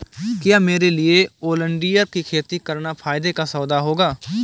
क्या मेरे लिए ओलियंडर की खेती करना फायदे का सौदा होगा?